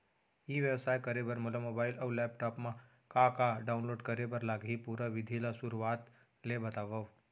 ई व्यवसाय करे बर मोला मोबाइल अऊ लैपटॉप मा का का डाऊनलोड करे बर लागही, पुरा विधि ला शुरुआत ले बतावव?